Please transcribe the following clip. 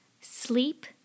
sleep